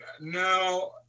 No